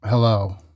Hello